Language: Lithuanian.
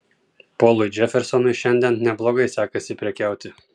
polui džefersonui šiandien neblogai sekasi prekiauti